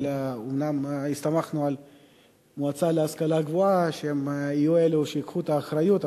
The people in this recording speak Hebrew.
אבל הסתמכנו על המועצה להשכלה גבוהה שהם שייקחו את האחריות,